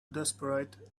desperate